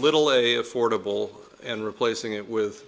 little a affordable and replacing it with